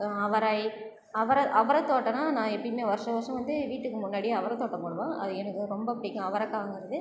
அவரை அவரை அவரை தோட்டோனால் நான் எப்பமே வருஷம் வருஷம் வந்து வீட்டுக்கு முன்னாடி அவரை தோட்டம் போடுவேன் அது எனக்கு ரொம்ப பிடிக்கும் அவரைக்காங்கிறது